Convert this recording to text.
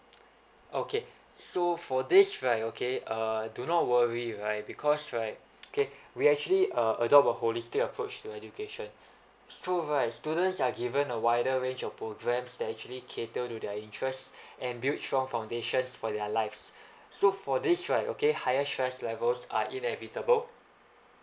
okay so for this right okay uh do not worry right because right okay we actually uh adopt a holistic approach to education so right students are given a wider range of programs that actually cater to their interests and build strong foundations for their lives so for this right okay higher stress levels are inevitable